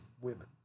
women